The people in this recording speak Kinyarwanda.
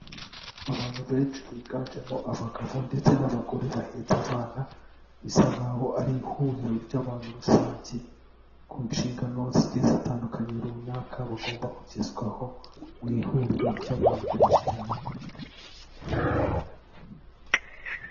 Abantu benshi biganjemo abagabo ndetse n'abagore bahetse abana, bisa nk'aho ari ihuriro ry'abantu rusange, ku nshingano zigiye zitandukanye runaka bagomba kugezwaho, mu ihuriro ry'abantu benshi cyane.